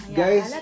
guys